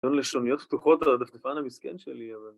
‫היו לשוניות פתוחות על הדפדפן המסכן שלי, אבל...